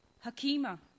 Hakima